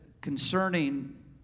concerning